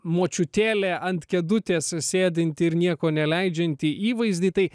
močiutėlė ant kėdutės sėdinti ir nieko neleidžianti įvaizdį tai